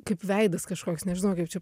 kaip veidas kažkoks nežinau kaip čia